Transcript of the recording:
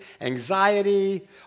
anxiety